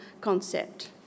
concept